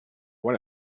one